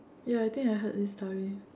ya I think I heard this story